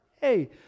hey